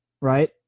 right